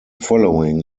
following